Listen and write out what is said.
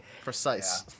Precise